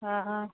आं आं